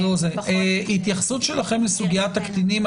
התייחסות שלכם לסוגיית הקטינים.